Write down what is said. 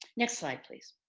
next slide please.